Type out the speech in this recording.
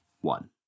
One